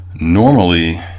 normally